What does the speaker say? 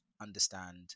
understand